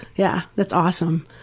yeah that's awesome.